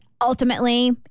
ultimately